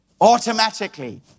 automatically